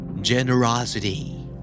Generosity